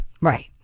Right